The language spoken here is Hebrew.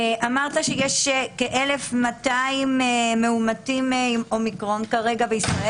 אמרת שכרגע בישראל יש כ-1,200 מאומתים עם אומיקרון.